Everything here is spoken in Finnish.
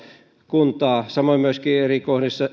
kuntaa samoin myöskin eri kohdissa